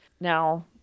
Now